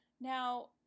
Now